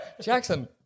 Jackson